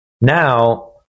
now